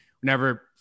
whenever